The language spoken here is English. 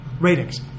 Ratings